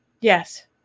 Yes